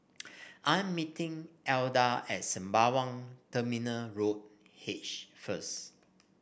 I am meeting Edla at Sembawang Terminal Road H first